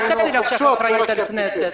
אל תפיל עכשיו אחריות על הכנסת.